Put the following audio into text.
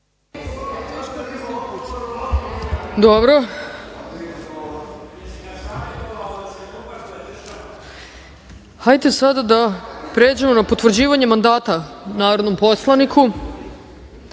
Dobro. Hajde sada da pređemo na potvrđivanje mandata narodnom poslaniku. Pošto